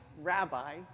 rabbi